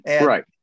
Right